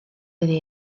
iddi